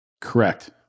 Correct